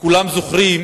וכולם זוכרים